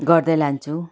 गर्दै लान्छु